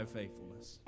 faithfulness